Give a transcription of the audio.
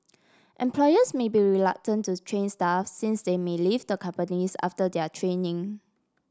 employers may be reluctant to train staff since they may leave the companies after their training